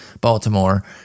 Baltimore